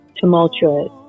tumultuous